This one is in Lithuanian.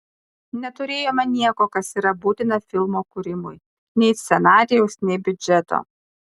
neturėjome nieko kas yra būtina filmo kūrimui nei scenarijaus nei biudžeto